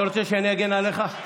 אתה רוצה שאני אגן עליך?